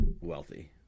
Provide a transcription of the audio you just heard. wealthy